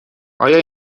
آیا